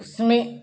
उसमें